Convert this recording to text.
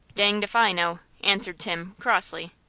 danged if i know! answered tim, crossly.